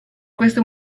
questo